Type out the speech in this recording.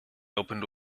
opened